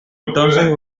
entonces